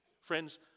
Friends